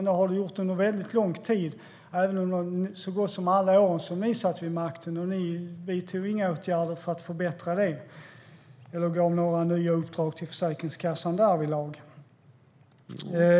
Det har det gjort under lång tid, även under så gott som alla år som ni satt vid makten, och ni vidtog inga åtgärder för att förbättra det eller gav några nya uppdrag till Försäkringskassan därvidlag.